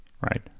right